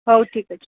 ହେଉ ଠିକ୍ ଅଛି